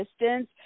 distance